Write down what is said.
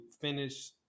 finish